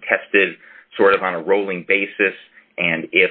be tested sort of on a rolling basis and if